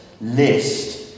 list